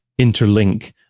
interlink